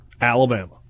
Alabama